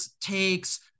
takes